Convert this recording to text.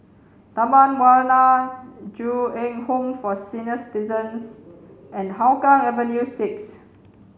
Taman Warna Ju Eng Home for Senior Citizens and Hougang Avenue six